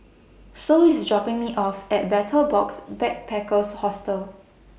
Sol IS dropping Me off At Betel Box Backpackers Hostel